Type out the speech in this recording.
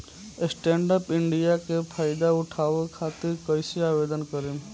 Stand up India के फाइदा उठाओ खातिर कईसे आवेदन करेम?